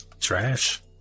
trash